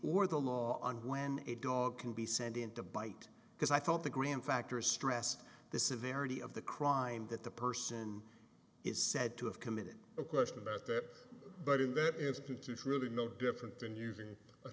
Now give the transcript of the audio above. or the law and when a dog can be sent in to bite because i thought the grand factor stressed the severity of the crime that the person is said to have committed a question about that but in that incident is really no different than using a